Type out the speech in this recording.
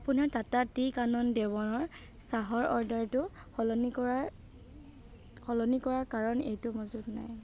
আপোনাৰ টাটা টি কানন দেৱনৰ চাহৰ অৰ্ডাৰটো সলনি কৰাৰ সলনি কৰাৰ কাৰণ এইটো মজুত নাই